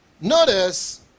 notice